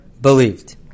believed